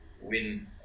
win